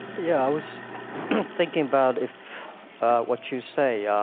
yeah, i was thinking about if what you say